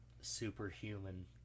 superhuman